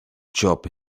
job